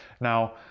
Now